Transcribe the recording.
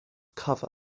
cover